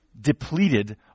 depleted